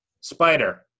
Spider